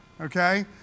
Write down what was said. okay